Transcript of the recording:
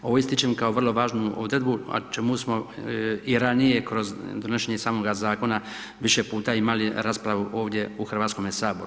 Ovo ističem kao vrlo važnu odredbu, a čemu smo i ranije kroz donošenje samoga zakona više puta imali raspravu ovdje u Hrvatskom saboru.